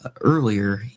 earlier